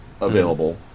available